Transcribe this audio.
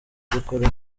gukora